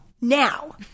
now